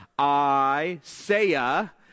Isaiah